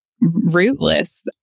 rootless